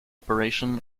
operation